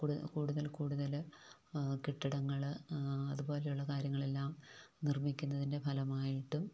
കൂടുതൽ കൂടുതൽ കെട്ടിടങ്ങൾ അതുപോലെയുള്ള കാര്യങ്ങളെല്ലാം നിർമ്മിക്കുന്നതിൻ്റെ ഫലമായിട്ടും